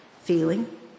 feeling